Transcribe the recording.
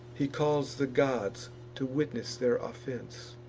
he calls the gods to witness their offense,